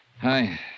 Hi